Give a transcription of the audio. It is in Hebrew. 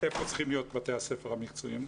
איפה צריכים להיות בתי הספר המקצועיים.